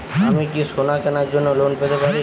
আমি কি সোনা কেনার জন্য লোন পেতে পারি?